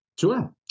Sure